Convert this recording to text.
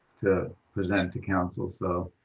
to present to council so